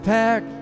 pack